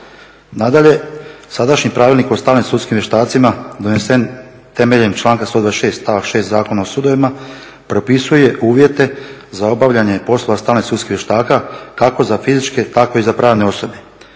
Nadalje, sadašnji Pravilnik o stalnim sudskim vještacima donesen temeljem članka 126. stavak 6. Zakona o sudovima propisuje uvjete za obavljanje poslova stalnih sudskih vještaka kako za fizičke tako i za pravne osobe.